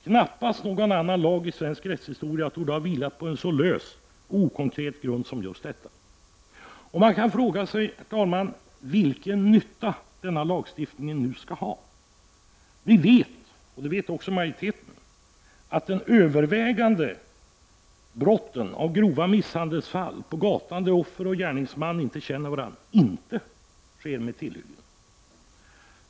Knappast någon annan lag i svensk rättshistoria torde ha vilat på så lös och okonkret grund som just denna. Man kan då fråga sig, herr talman, vilken nytta denna lagstiftning skall ha. Vi vet — och det vet också majoriteten — att den övervägande delen av grova misshandelsfall på gatan, där offer och gärningsman inte känner varandra, inte sker med tillhyggen.